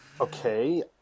Okay